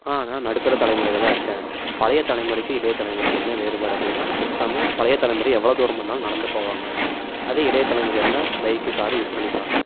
நான் நடுத்தர தலைமுறையில் தான் இருக்கேன் பழையத்தலைமுறைக்கும் இளையத்தலைமுறைக்கும் என்ன வேறுபாடு அப்படின்னா எக்ஸாம்பிள் பழையத்தலைமுறை எவ்வளோ தூரமாக இருந்தாலும் நடந்து போவாங்க அதே இளையத்தலைமுறையாக இருந்தால் பைக்கு காரு யூஸ் பண்ணி போவாங்க